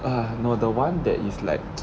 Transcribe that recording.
no the one that is like